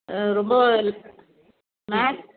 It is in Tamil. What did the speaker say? ரொம்ப மேக்ஸ்